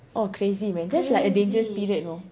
oh crazy man that's like a dangerous period you know